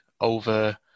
over